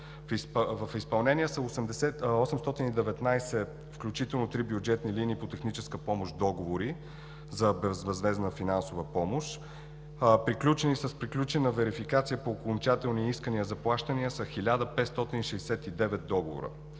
В изпълнение са 819, включително три бюджетни линии по техническа помощ, договора за безвъзмездна финансова помощ. С приключена верификация по окончателни искания за плащания са 1569 договора.